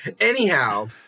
Anyhow